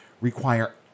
require